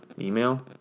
Email